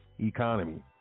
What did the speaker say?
economy